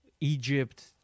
Egypt